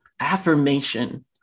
affirmation